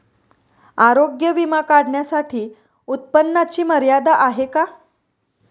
आरोग्य विमा काढण्यासाठी उत्पन्नाची मर्यादा आहे का?